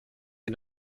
les